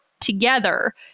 together